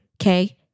Okay